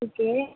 okay